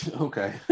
Okay